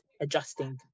adjusting